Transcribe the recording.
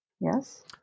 Yes